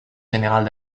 général